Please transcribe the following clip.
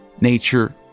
nature